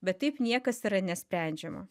bet taip niekas yra nesprendžiama